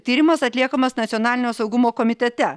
tyrimas atliekamas nacionalinio saugumo komitete